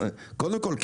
בגלל שיש --- קודם כול,